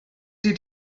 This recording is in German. die